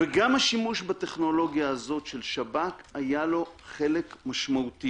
וגם השימוש בטכנולוגיה הזו של שב"כ היה לו חלק משמעותי.